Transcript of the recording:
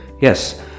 Yes